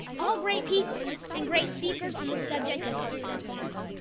all great people and great speakers on the subject of food and farming.